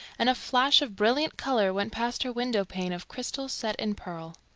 and a flash of brilliant colour went past her window pane of crystal set in pearl.